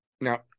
Now